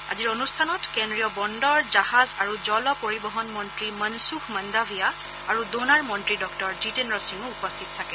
আজিৰ অনুষ্ঠানত কেন্দ্ৰীয় বন্দৰ জাহাজ আৰু জল পৰিবহন মন্ত্ৰী মনসুখ মন্দাভিয়া আৰু ড'নাৰ মন্ত্ৰী ডঃ জীতেন্দ্ৰ সিঙো উপস্থিত থাকে